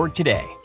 today